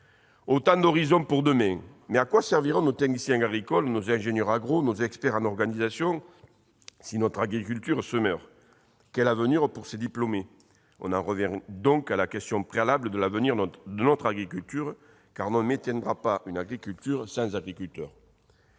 Autant d'horizons pour demain. Mais à quoi serviront nos techniciens agricoles, nos ingénieurs agronomes, nos experts en organisation si notre agriculture se meurt ? Quel avenir pour ces diplômés ? On en revient à la question préalable de l'avenir de notre agriculture, car on ne maintiendra pas une agriculture sans agriculteurs.